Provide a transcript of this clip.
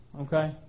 okay